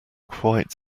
quite